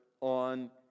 on